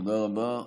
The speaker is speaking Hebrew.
תודה רבה.